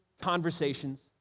conversations